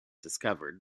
discovered